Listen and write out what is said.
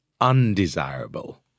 undesirable